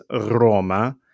Roma